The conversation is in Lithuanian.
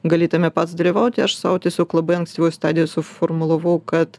gali tame pats dalyvauti aš sau tiesiog labai ankstyvoj stadijoj suformulavau kad